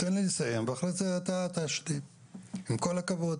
תן לי לסיים ואחר כך תשלים, עם כל הכבוד.